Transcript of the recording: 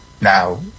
now